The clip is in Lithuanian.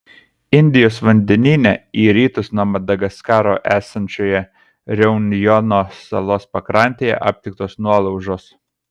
indijos vandenyne į rytus nuo madagaskaro esančioje reunjono salos pakrantėje aptiktos nuolaužos